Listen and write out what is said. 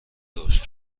داشت